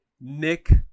Nick